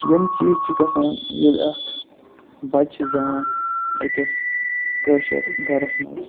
یِم چیٖز چھِ گَژھان ییٚلہِ اکھ بَچہِ چھُ زٮ۪وان أکِس کٲشِر گَرَس مَنٛز